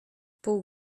pół